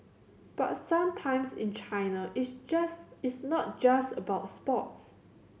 but sometimes in China it's just it's not just about sports